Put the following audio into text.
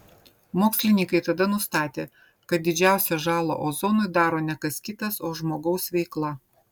mokslininkai tada nustatė kad didžiausią žalą ozonui daro ne kas kitas o žmogaus veikla